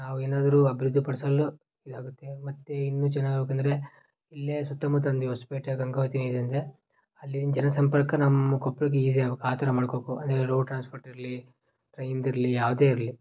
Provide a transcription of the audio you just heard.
ನಾವು ಏನಾದ್ರೂ ಅಭಿವೃದ್ಧಿ ಪಡಿಸಲು ಇದಾಗುತ್ತೆ ಮತ್ತು ಇನ್ನೂ ಚೆನ್ನಾಗಾಗ್ಬೇಕು ಅಂದರೆ ಇಲ್ಲೇ ಸುತ್ತಮುತ್ತ ಅಂದ್ರೆ ಈ ಹೊಸಪೇಟೆ ಗಂಗೋತ್ರಿ ಏನಿದೆ ಅಂದರೆ ಅಲ್ಲಿನ ಜನಸಂಪರ್ಕ ನಮ್ಮ ಕೊಪ್ಳಕ್ಕೆ ಈಸಿಯಾಗ್ಬೇಕ್ ಆ ಥರ ಮಾಡ್ಕಬೇಕು ಅಂದರೆ ರೋಡ್ ಟ್ರಾನ್ಸ್ಪೋರ್ಟಿರಲಿ ಟ್ರೈನ್ದಿರಲಿ ಯಾವುದೇ ಇರಲಿ